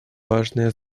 важное